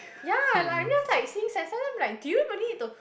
ya and I'm just like sometime like do you even need to